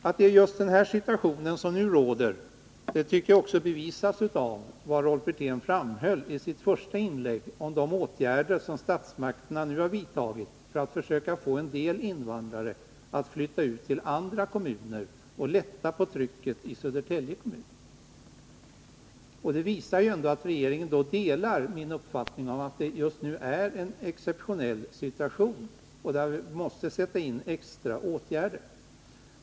Att Rolf Wirtén i sitt svar framhöll de åtgärder som statsmakterna nu har vidtagit för att få en del invandrare att flytta ut till andra kommuner och därigenom lätta på trycket i Södertälje kommun, visar att regeringen delar min uppfattning att det just nu är en exceptionell situation, där man måste sätta in extra åtgärder.